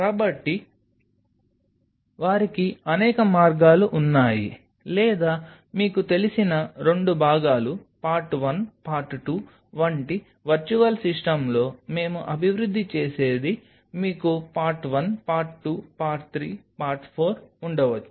కాబట్టి వారికి అనేక మార్గాలు ఉన్నాయి లేదా మీకు తెలిసిన రెండు భాగాలు పార్ట్ 1 పార్ట్ 2 వంటి వర్చువల్ సిస్టమ్లో మేము అభివృద్ధి చేసేది మీకు part one part two part three part four ఉండవచ్చు